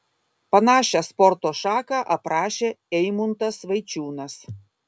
panašią sporto šaką aprašė eimuntas vaičiūnas